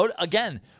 Again